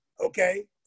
okay